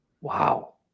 Wow